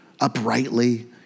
uprightly